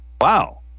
Wow